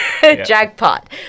jackpot